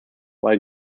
while